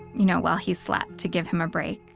you know while he slept to give him a break.